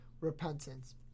repentance